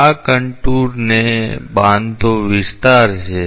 આ કન્ટુરને બાંધતો વિસ્તાર છે